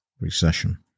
recession